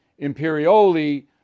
Imperioli